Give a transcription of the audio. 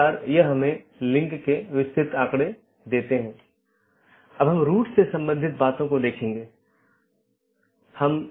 इसका मतलब है BGP कनेक्शन के लिए सभी संसाधनों को पुनःआवंटन किया जाता है